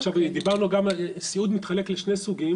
עכשיו דיברנו גם על, סיעוד מתחלק לשני סוגים